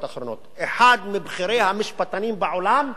אחרונות": אחד מבכירי המשפטנים בעולם אומר: